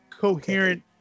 coherent